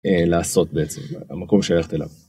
לעשות בעצם המקום שהלכת אליו.